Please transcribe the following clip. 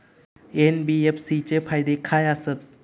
NBFC चे फायदे खाय आसत?